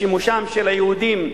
לשימושם של היהודים,